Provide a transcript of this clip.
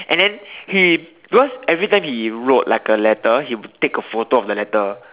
and then he because everytime he wrote like a letter he would take a photo of the letter